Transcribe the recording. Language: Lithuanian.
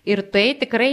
ir tai tikrai